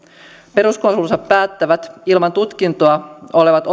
peruskoulunsa päättävät ilman tutkintoa olevat